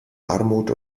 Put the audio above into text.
armut